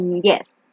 Yes